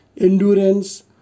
endurance